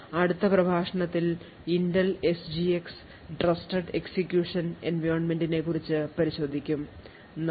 അടുത്ത പ്രഭാഷണത്തിൽ Intel SGX trusted execution environment നെ കുറിച്ചു പരിശോധിക്കും നന്ദി